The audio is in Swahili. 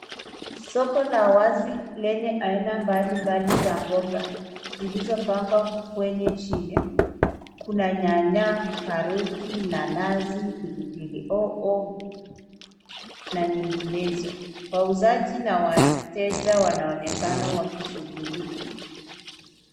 Soko la wazi lenye aina mbali mbali za mboga zilizopangwa kwenye chini. Kuna nyanya. karoti nanazi, pilipili hoho na nyinginezo. Wauzaji na wateja wanaonekana wakishughulika.